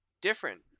different